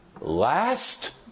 last